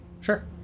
Sure